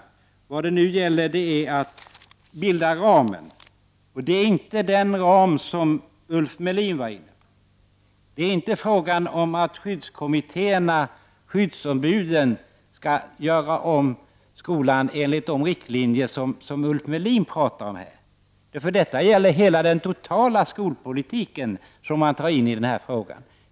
Nu gäller det att bilda ramen. Och det är inte den ram som Ulf Melin var inne på. Det är inte fråga om att skyddskommittéerna och skyddsombuden skall göra om skolan enligt de riktlinjer som Ulf Melin talar om. Det som han drar in i denna fråga gäller den totala skolpolitiken.